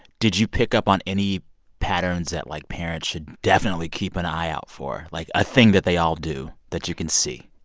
did you pick up on any patterns that, like, parents should definitely keep an eye out for, like a thing that they all do that you can see?